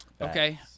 okay